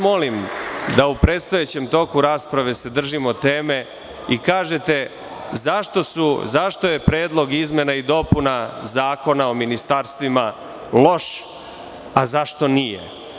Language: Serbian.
Molim vas da u predstojećem toku rasprave se držimo teme i kažete zašto je Predlog izmena i dopuna Zakona o ministarstvima loš, a zašto nije.